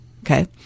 Okay